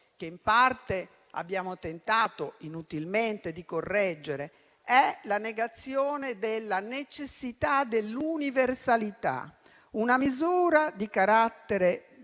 che, in parte, abbiamo tentato inutilmente di correggere: è la negazione della necessità dell'universalità. Una misura che